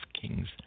King's